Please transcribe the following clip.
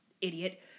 idiot